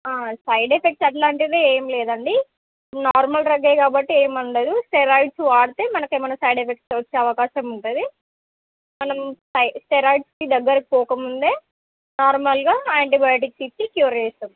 side effects అట్లాంటిది ఏం లేదండి నార్మల్ డ్రగ్గే కాబట్టి ఏం ఉండదు స్టెరాయిడ్స్ వాడితే మనకేమన్న సైడ్ ఎఫెక్ట్స్ వచ్చే అవకాశం ఉంటుంది మనం స్టెరాయిడ్స్కి దగ్గరకి పోకముందే నార్మల్గా యాంటీబయోటిక్స్ ఇచ్చి క్యూర్ చేస్తం